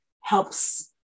helps